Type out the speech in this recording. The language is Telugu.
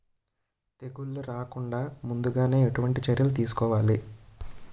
తెగుళ్ల రాకుండ ముందుగానే ఎటువంటి చర్యలు తీసుకోవాలి?